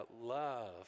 love